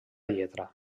lletra